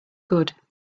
good